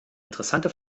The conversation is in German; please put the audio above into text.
interessante